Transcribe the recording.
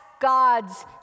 God's